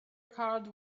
card